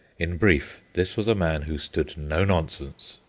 in brief, this was a man who stood no nonsense.